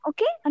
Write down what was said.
Okay